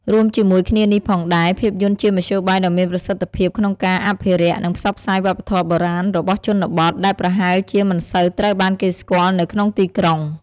រួមជាមួយគ្នានេះផងដែរ ភាពយន្តជាមធ្យោបាយដ៏មានប្រសិទ្ធភាពក្នុងការ អភិរក្ស និងផ្សព្វផ្សាយវប្បធម៌បុរាណ របស់ជនបទ ដែលប្រហែលជាមិនសូវត្រូវបានគេស្គាល់នៅក្នុងទីក្រុង។